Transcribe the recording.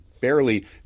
barely